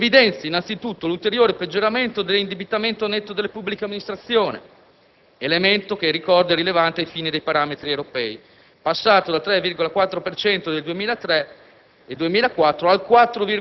sul punto. Si evidenzia, innanzitutto, l'ulteriore peggioramento dell'indebitamento netto delle pubbliche amministrazioni (elemento che, ricordo, è rilevante ai fini dei parametri europei), passato dal 3,4 per